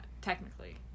technically